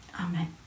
amen